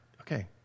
okay